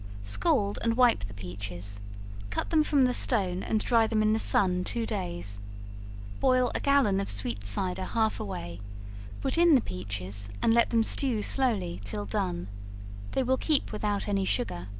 scald and wipe the peaches cut them from the stone, and dry them in the sun two days boil a gallon of sweet cider half away put in the peaches, and let them stew slowly till done they will keep without any sugar,